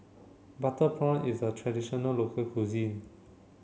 Butter Prawn is a traditional local cuisine